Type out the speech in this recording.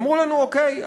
אמרו לנו: אוקיי,